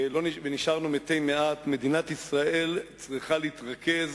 ונשארנו מתי מעט, מדינת ישראל צריכה להתרכז